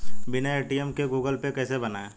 बिना ए.टी.एम के Google pay कैसे बनायें?